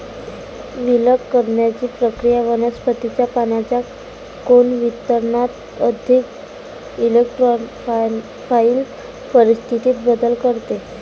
विलग करण्याची प्रक्रिया वनस्पतीच्या पानांच्या कोन वितरणात अधिक इरेक्टोफाइल परिस्थितीत बदल करते